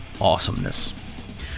awesomeness